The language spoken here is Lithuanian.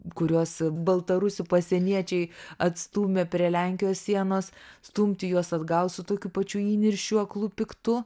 kuriuos baltarusių pasieniečiai atstūmė prie lenkijos sienos stumti juos atgal su tokiu pačiu įniršiu aklu piktu